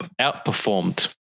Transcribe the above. outperformed